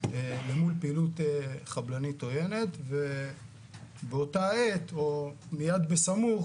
מול פעילות חבלנית עוינת ובאותה עת או ליד ובסמוך,